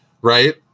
Right